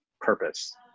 purpose